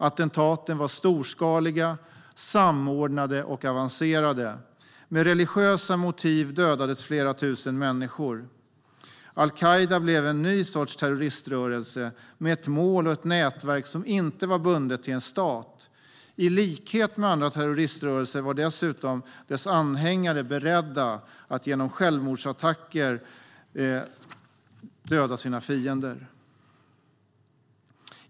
Attentaten var storskaliga, samordnade och avancerade. Med religiösa motiv dödades flera tusen människor. Al-Qaida blev en ny sorts terroriströrelse med ett mål och ett nätverk som inte var bundet till en stat. I likhet med andra terroriströrelser var dessutom dess anhängare beredda att genom självmordsattacker döda sina fiender.